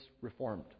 Reformed